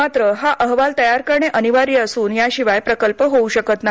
मात्र हा अहवाल तयार करणे अनिवार्य असुन याशिवाय प्रकल्पच होव्र शकत नाही